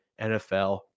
NFL